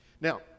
Now